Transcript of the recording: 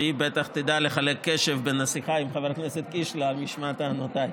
שהיא בטח תדע לחלק קשב בין השיחה עם חבר הכנסת קיש למשמע טענותיי.